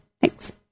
thanks